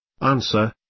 Answer